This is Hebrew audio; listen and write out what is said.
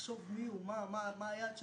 ולחשוב מי הוא, מה הוא, מה היעד שלו.